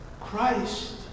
Christ